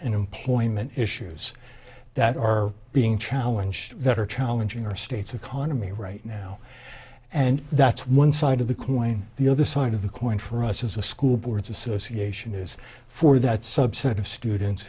and employment issues that are being challenged that are challenging our state's economy right now and that's one side of the coin the other side of the coin for us is a school boards association is for that subset of students